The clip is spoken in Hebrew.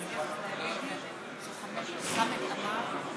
והיא נרשמת בפרוטוקול,